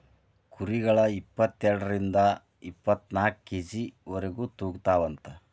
ಕುರಿಗಳ ಇಪ್ಪತೆರಡರಿಂದ ಇಪ್ಪತ್ತನಾಕ ಕೆ.ಜಿ ವರೆಗು ತೂಗತಾವಂತ